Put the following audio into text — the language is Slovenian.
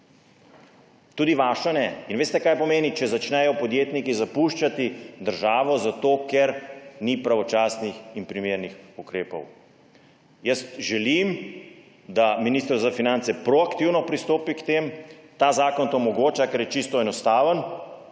Tudi vaša ne. Veste, kaj pomeni, če začnejo podjetniki zapuščati državo, zato ker ni pravočasnih in primernih ukrepov. Želim, da Ministrstvo za finance proaktivno pristopi k temu. Ta zakon to omogoča, ker je čisto enostaven.